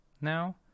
now